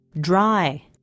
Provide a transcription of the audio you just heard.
Dry